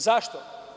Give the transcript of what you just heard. Zašto?